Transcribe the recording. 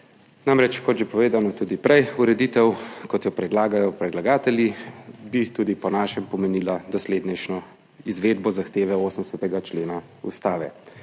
Namreč, kot že povedano, tudi prej, ureditev kot jo predlagajo predlagatelji, bi tudi po našem pomenila doslednejšo izvedbo zahteve 80. člena ustave,